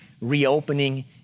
reopening